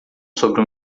sobre